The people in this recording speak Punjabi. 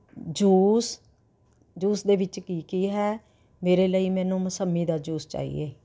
ਜੂਸ ਜੂਸ ਦੇ ਵਿੱਚ ਕੀ ਕੀ ਹੈ ਮੇਰੇ ਲਈ ਮੈਨੂੰ ਮਸੰਮੀ ਦਾ ਜੂਸ ਚਾਹੀਏ